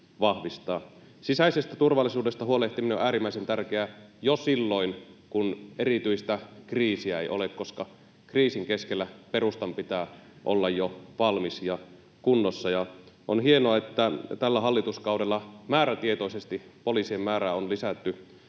Sisäisestä turvallisuudesta huolehtiminen on äärimmäisen tärkeää jo silloin, kun erityistä kriisiä ei ole, koska kriisin keskellä perustan pitää olla jo valmis ja kunnossa, ja on hienoa, että tällä hallituskaudella määrätietoisesti poliisien määrää on lisätty